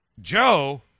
Joe